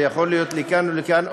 זה יכול להיות לכאן או לכאן,